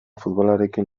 futbolarekin